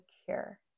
secure